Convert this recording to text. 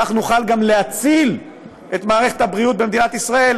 כך נוכל להציל את מערכת הבריאות במדינת ישראל,